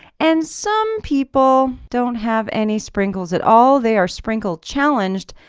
and some people don't have any sprinkles at all, they are sprinkle challenged,